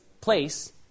place